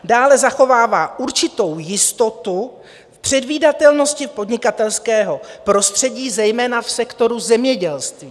Dále zachovává určitou jistotu předvídatelnosti podnikatelského prostředí, zejména v sektoru zemědělství.